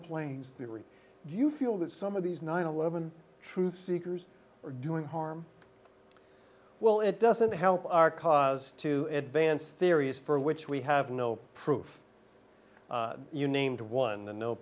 planes theory do you feel that some of these nine eleven truth seekers are doing harm well it doesn't help our cause to advance theories for which we have no proof you named one the no